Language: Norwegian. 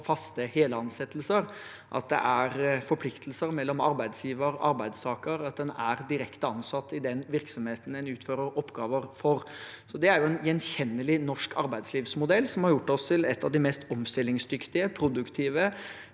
for faste, hele stillinger, at det er forpliktelser mellom arbeidsgiver og arbeidstaker, og at en er direkte ansatt i den virksomheten en utfører oppgaver for. Det er en gjenkjennelig norsk arbeidslivsmodell, som har gjort oss til et av de mest omstillingsdyktige, produktive,